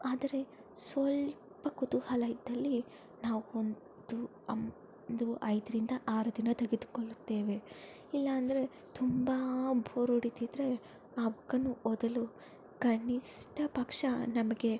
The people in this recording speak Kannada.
ಆದರೆ ಸ್ವಲ್ಪ ಕುತೂಹಲ ಇದ್ದಲ್ಲಿ ನಾವು ಒಂದು ಅಮ್ ದು ಐದರಿಂದ ಆರು ದಿನ ತೆಗೆದುಕೊಳ್ಳುತ್ತೇವೆ ಇಲ್ಲಾಂದರೆ ತುಂಬ ಬೋರ್ ಹೊಡೀತಿದ್ರೆ ಆ ಬುಕ್ಕನ್ನು ಓದಲು ಕನಿಷ್ಟ ಪಕ್ಷ ನಮಗೆ